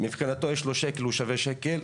מבחינתו יש לו שקל הוא שווה שקל,